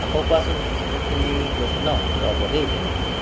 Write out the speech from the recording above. আকৌ কোৱাঁচোন বস্তুখিনি কৈছে ন ৰ'ব দেই তেনেহ'লে